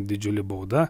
didžiulė bauda